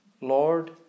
Lord